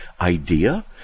idea